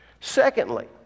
Secondly